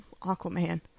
Aquaman